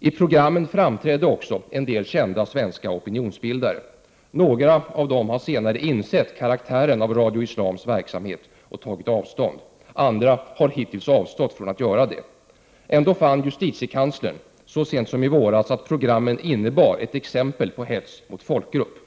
I programmen framträdde också en del kända svenska opinionsbildare. Några av dem har senare insett karaktären av Radio Islams verksamhet och tagit avstånd. Andra har hittills avstått från att göra det. Ändå fann justitiekanslern så sent som i våras att programmen innebar ett klart exempel på hets mot folkgrupp.